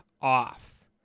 off